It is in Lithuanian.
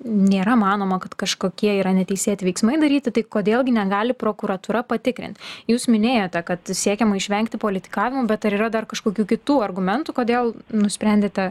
nėra manoma kad kažkokie yra neteisėti veiksmai daryti tai kodėl gi negali prokuratūra patikrint jūs minėjote kad siekiama išvengti politikavimo bet ar yra dar kažkokių kitų argumentų kodėl nusprendėte